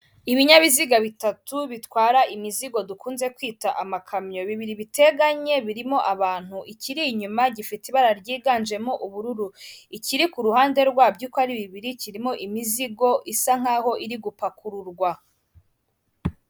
Ibinyabiziga bitatu bitwara imizigo dukunze kwita amakamyo, bibiri biteganye birimo abantu ikiri inyuma gifite ibara ryiganjemo ubururu, ikiri ku ruhande rwabyo uko ari bibiri kirimo imizigo isa nkaho iri gupakururwa.